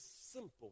simple